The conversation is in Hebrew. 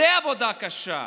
זה עבודה קשה.